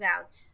out